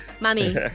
Mommy